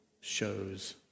shows